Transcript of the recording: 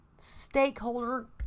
stakeholder